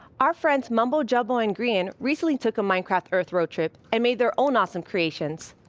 our friends, mumbojumbo and green, recently took a minecraft earth road trip and made their own awesome creations.